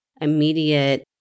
immediate